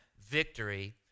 victory